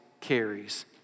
carries